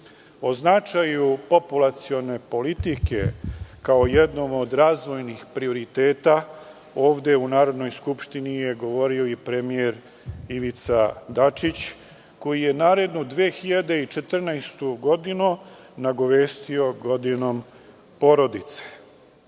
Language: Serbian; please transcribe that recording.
značaju populacione politike, kao jednom od razvojnih prioriteta, ovde u Narodnoj skupštini je govorio i premijer Ivica Dačić koji je narednu 2014. godinu nagovestio godinom porodice. Dakle,